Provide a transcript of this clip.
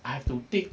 I have to take